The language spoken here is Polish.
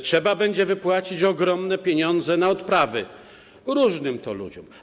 Trzeba będzie wypłacić ogromne pieniądze na odprawy różnym ludziom.